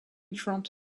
front